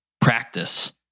practice